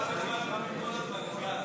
47 בעד, 59 נגד.